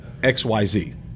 XYZ